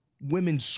women